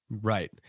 Right